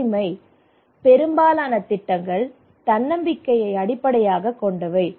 உரிமை பெரும்பாலான திட்டங்கள் தன்னம்பிக்கையை அடிப்படையாகக் கொண்டவை